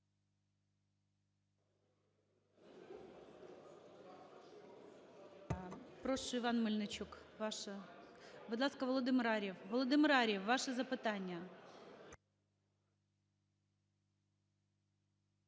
Володимир Ар'єв, ваше запитання.